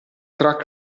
track